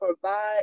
provide